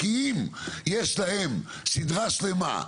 כי אם יש להם סדרה שלמה,